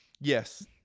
Yes